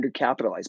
undercapitalized